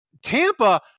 Tampa